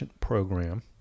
program